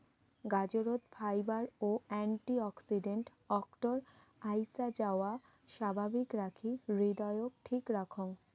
গাজরত fibre ও antioxidant অক্তর আইসাযাওয়া স্বাভাবিক রাখি হৃদয়ক ঠিক রাখং